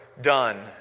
done